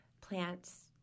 plants